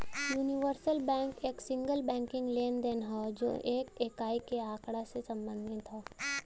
universal bank एक single banking लेनदेन हौ जौन एक इकाई के आँकड़ा से संबंधित हौ